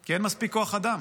כי אין מספיק כוח אדם.